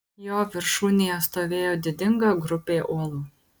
jo viršūnėje stovėjo didinga grupė uolų